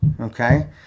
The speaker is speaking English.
okay